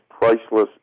priceless